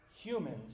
humans